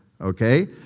Okay